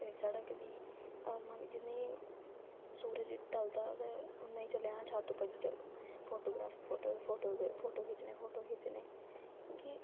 सड़क दी जिसलै सूरज ढलदा ते चलो बाई छत्त उप्पर चलो फोटो खिच्चने क्यूंकि